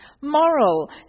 moral